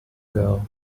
girl